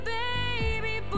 baby